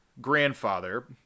grandfather